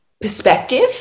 Perspective